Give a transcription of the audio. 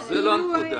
זו לא הנקודה.